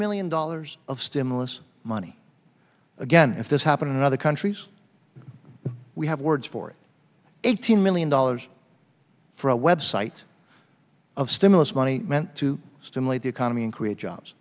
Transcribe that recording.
million dollars of stimulus money again if this happened in other countries we have words for it eighteen million dollars for a website of stimulus money meant to stimulate the economy and create jobs